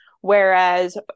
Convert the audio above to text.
whereas